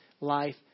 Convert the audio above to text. life